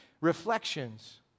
reflections